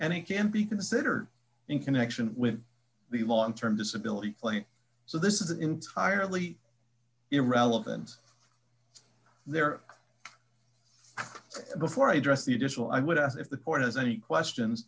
and it can be considered in connection with the long term disability claim so this is entirely irrelevant there before i address the additional i would ask if the court has any questions